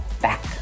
back